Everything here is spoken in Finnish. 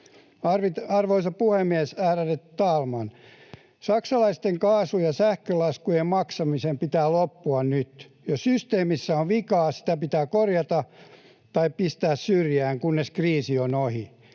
Arvoisa puhemies, ärade talman! Saksalaisten kaasu- ja sähkölaskujen maksamisen pitää loppua nyt. Jos systeemissä on vikaa, sitä pitää korjata tai pistää syrjään, kunnes kriisi on ohi.